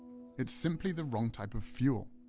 it's simply the wrong type of fuel.